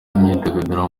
imyidagaduro